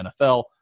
NFL